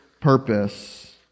purpose